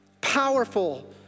powerful